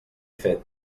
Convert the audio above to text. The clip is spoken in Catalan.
fet